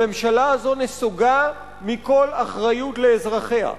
הממשלה הזו נסוגה מכל אחריות לאזרחיה.